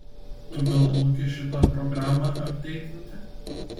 tu gal moki šitą programą apdeitinti